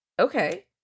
Okay